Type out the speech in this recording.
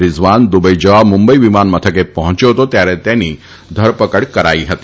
Rizwan Dubai જવા મુંબઇ વિમાન મથકે પહોંચ્યો હતો ત્યારે તેની ધરપકડ કરાઇ હતી